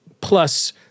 plus